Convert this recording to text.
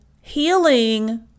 healing